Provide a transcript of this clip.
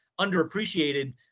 underappreciated